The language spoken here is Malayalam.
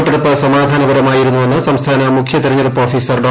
വോട്ടെടുപ്പ് സമാധാനപരമായിരുന്നുവെന്ന് സംസ്ഥാന മുഖ്യ തെരഞ്ഞെടുപ്പ് ഓഫീസർ ഡോ